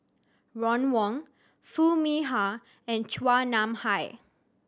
Ron Wong Foo Mee Har and Chua Nam Hai